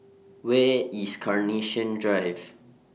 Where IS Carnation Drive